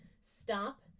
stop